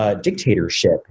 dictatorship